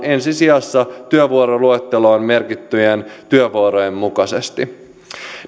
ensi sijassa työvuoroluetteloon merkittyjen työvuorojen mukaisesti